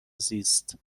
زیست